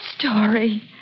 story